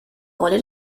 rolle